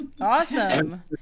Awesome